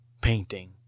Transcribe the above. painting